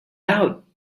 out